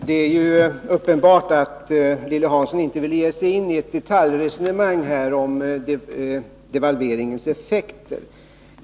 Herr talman! Det är uppenbart att Lilly Hansson inte vill ge sig in i detaljresonemang om devalveringens effekter.